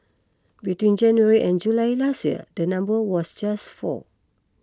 between January and July last year the number was just four